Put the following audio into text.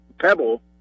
Pebble